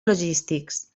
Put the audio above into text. logístics